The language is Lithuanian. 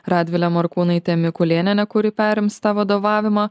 radvilė morkūnaitė mikulėnienė kuri perims tą vadovavimą